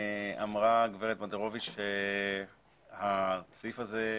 אמרה גברת מונדרוביץ שהסעיף הזה,